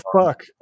fuck